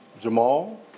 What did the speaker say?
Jamal